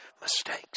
mistakes